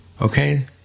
Okay